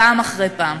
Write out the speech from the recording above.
פעם אחרי פעם.